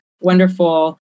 wonderful